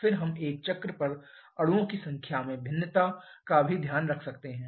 फिर हम एक चक्र पर अणुओं की संख्या में भिन्नता का भी ध्यान रख सकते हैं